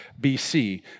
BC